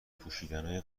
پوشیدنای